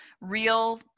real